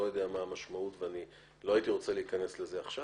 אני לא יודע מה המשמעות ואני לא הייתי רוצה להיכנס לזה עכשיו.